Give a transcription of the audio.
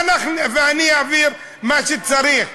ואני אעביר מה שצריך.